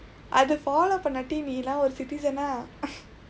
அது:athu follow பண்ணாட்டி நீ எல்லாம் ஒரு:pannaatdi nii ellaam oru citizen ah